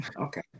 Okay